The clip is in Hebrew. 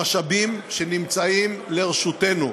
במשאבים שעומדים לרשותנו,